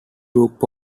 group